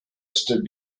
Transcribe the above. stood